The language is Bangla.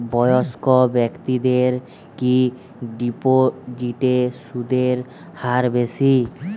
বয়স্ক ব্যেক্তিদের কি ডিপোজিটে সুদের হার বেশি?